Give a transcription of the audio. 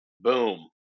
boom